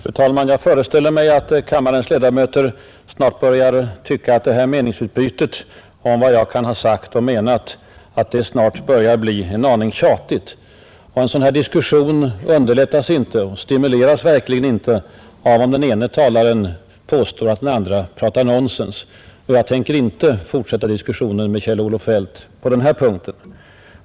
Fru talman! Jag föreställer mig att kammarens ledamöter nu tycker att meningsutbytet om vad jag kan ha sagt och menat börjar bli en aning tjatigt. En sådan här diskussion underlättas och stimuleras verkligen inte av om den ene talaren påstår att den andre pratar nonsens, och jag tänker inte fortsätta diskussionen med Kjell-Olof Feldt på den punkten.